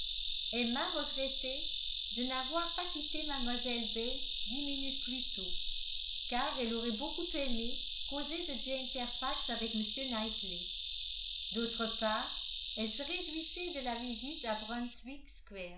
emma regrettait de n'avoir pas quitté mlle bates dix minutes plus tôt car elle aurait beaucoup aimé causer de jane fairfax avec m knightley d'autre part elle se réjouissait de la visite à